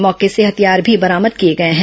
मौके से हथियार भी बरामद किए गए हैं